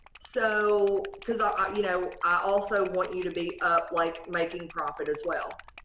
so, because i ah you know i also want you to be up like making profit as well.